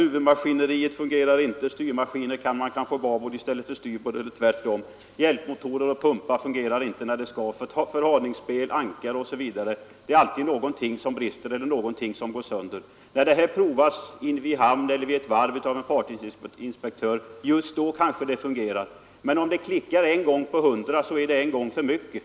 Huvudmaskineriet fungerar plötsligt inte, styrmaskinen ger babord i stället för styrbord eller tvärtom, hjälpmototer, pumpar, förhalningsspel, ankarspel osv. går inte att lita på, det är alltid någonting som inte fungerar eller som går sönder. Just vid provningen som en fartygsinspektör företar i hamn eller på ett varv kanske allt fungerar, men om det till sjöss klickar bara en gång på hundra är det ändå en gång för mycket.